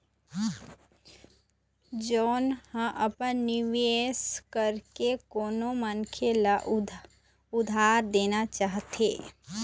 जउन ह अपन निवेश करके कोनो मनखे ल उधार देना चाहथे